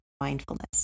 mindfulness